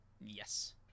Yes